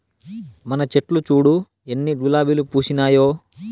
మన చెట్లు చూడు ఎన్ని గులాబీలు పూసినాయో